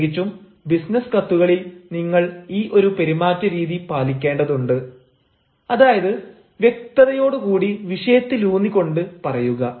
പ്രത്യേകിച്ചും ബിസിനസ് കത്തുകളിൽ നിങ്ങൾ ഈ ഒരു പെരുമാറ്റരീതി പാലിക്കേണ്ടതുണ്ട് അതായത് വ്യക്തതയോടു കൂടി വിഷയത്തിലൂന്നി കൊണ്ട് പറയുക